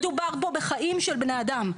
מדובר פה בחיים של בני אדם.